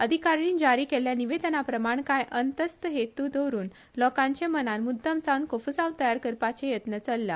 अधिकारीणीन जारी केल्ल्या निवेदनाप्रमाण काय अंतस्त हेतु दवरून लोकांचे मनात मुद्दमजावन कोफूसांव तयार करपाचो यत्न चल्ला